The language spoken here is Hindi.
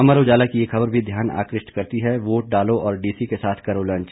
अमर उजाला की ये खबर भी ध्यान आकृष्ट करती है वोट डालो और डीसी के साथ करो लंच